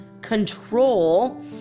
control